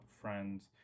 friends